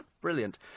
Brilliant